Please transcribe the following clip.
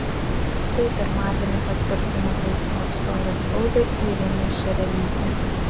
tai pirmadienį patvirtino teismo atstovė spaudai airinė šerelytė